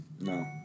No